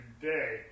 Today